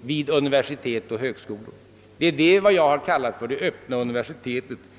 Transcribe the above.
vid universitet och högskolor. Ett sådant universitet har jag kallat det öppna universitetet.